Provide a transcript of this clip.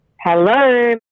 Hello